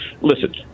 Listen